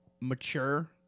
Mature